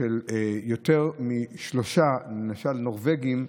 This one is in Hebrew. של יותר משלושה נורבגים,